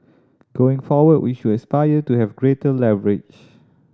going forward we should aspire to have greater leverage